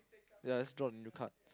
ya let's draw a new card